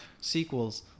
sequels